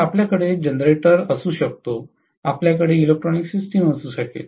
तर आपल्याकडे जनरेटर असू शकतो आपल्याकडे इलेक्ट्रॉनिक सिस्टम असू शकेल